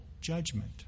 judgment